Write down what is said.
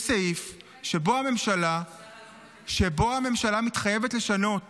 יש סעיף שבו הממשלה מתחייבת לשנות